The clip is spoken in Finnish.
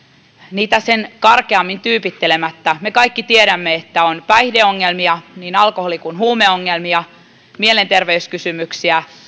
niitä sen karkeammin tyypittelemättä me kaikki tiedämme on päihdeongelmia niin alkoholi kuin huumeongelmia mielenterveyskysymyksiä